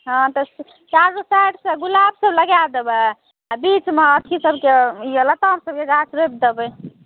हँ तऽ सएह चारू साइडसॅं गुलाबसभ लगाय देबै आ बीचमे अथीसभके लतामसभके गाछ रोपि देबै